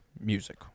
music